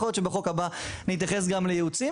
יכול להיות שבחוק הבא נתייחס גם לייעוץ.